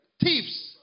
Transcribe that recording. thieves